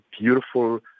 beautiful